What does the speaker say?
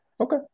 Okay